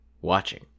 watching